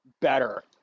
Better